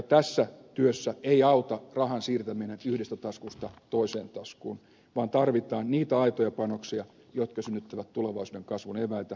tässä työssä ei auta rahan siirtäminen yhdestä taskusta toiseen taskuun vaan tarvitaan niitä aitoja panoksia jotka synnyttävät tulevaisuuden kasvun eväitä